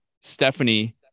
Stephanie